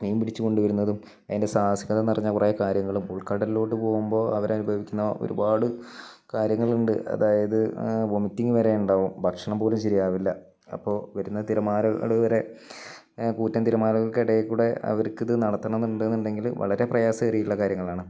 മീൻ പിടിച്ചുകൊണ്ട് വരുന്നതും അതിൻ്റെ സാഹസികത നിറഞ്ഞ കുറേ കാര്യങ്ങളും ഉൾക്കടലിലോട്ട് പോകുമ്പോൾ അവർ അനുഭവിക്കുന്ന ഒരുപാട് കാര്യങ്ങൾ ഉണ്ട് അതായത് വോമിറ്റിംഗ് വരെ ഉണ്ടാകും ഭക്ഷണം പോലും ശരിയാവില്ല അപ്പോൾ വരുന്ന തിരമാലകൾ വരെ കൂറ്റൻ തിരമാലകൾക്ക് ഇടയിലൂടെ അവർക്കിത് നടത്തണം എന്ന് ഉണ്ട് എന്നുണ്ടെങ്കിൽ വളരെ പ്രയാസമേറേ ഉള്ള കാര്യങ്ങളാണ്